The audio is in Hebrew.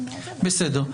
בסדר.